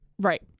Right